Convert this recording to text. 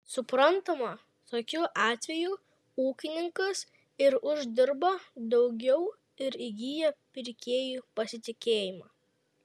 suprantama tokiu atveju ūkininkas ir uždirba daugiau ir įgyja pirkėjo pasitikėjimą